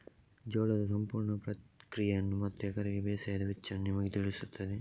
ಜೋಳದ ಸಂಪೂರ್ಣ ಪ್ರಕ್ರಿಯೆಯನ್ನು ಮತ್ತು ಎಕರೆಗೆ ಬೇಸಾಯದ ವೆಚ್ಚವನ್ನು ನಿಮಗೆ ತಿಳಿಸುತ್ತದೆ